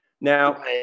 Now-